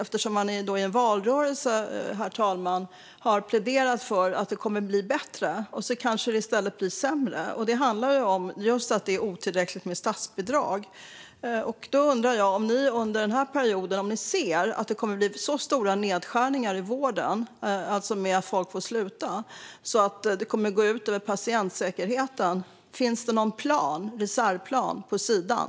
I en valrörelse har man, herr talman, pläderat för att det kommer att bli bättre, och så kanske det i stället blir sämre. Det handlar just om att det är otillräckligt med statsbidrag. Ser ni att det under den här perioden kommer att bli så stora nedskärningar i vården - alltså att folk får sluta - att det kommer att gå ut över patientsäkerheten? Finns det någon reservplan på sidan?